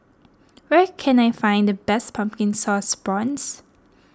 where can I find the best Pumpkin Sauce Prawns